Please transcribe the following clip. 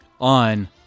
on